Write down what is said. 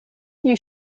you